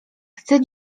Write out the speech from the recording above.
chcę